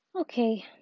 okay